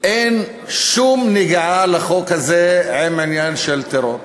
לחוק הזה אין שום נגיעה עם עניין של טרור.